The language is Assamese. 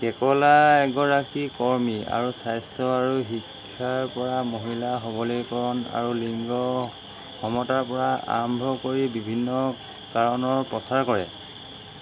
কেকলা এগৰাকী কৰ্মী আৰু স্বাস্থ্য আৰু শিক্ষাৰ পৰা মহিলা সৱলীকৰণ আৰু লিংগ সমতাৰ পৰা আৰম্ভ কৰি বিভিন্ন কাৰণৰ প্ৰচাৰ কৰে